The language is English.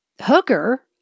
Hooker